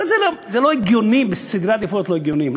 אבל זה לא הגיוני, סדרי העדיפויות לא הגיוניים.